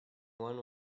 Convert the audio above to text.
won